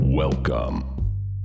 Welcome